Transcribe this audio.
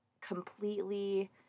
completely